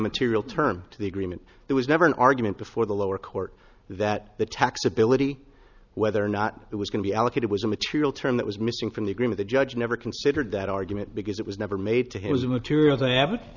material term to the agreement there was never an argument before the lower court that the taxability whether or not it was going to be allocated was a material term that was missing from the agreement a judge never considered that argument because it was never made to his material